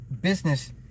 business